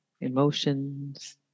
emotions